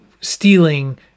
stealing